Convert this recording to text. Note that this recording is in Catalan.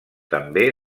també